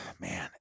Man